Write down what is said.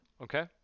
okay